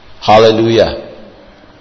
Hallelujah